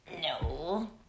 No